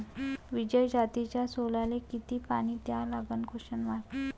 विजय जातीच्या सोल्याले किती पानी द्या लागन?